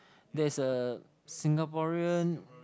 there's a Singaporean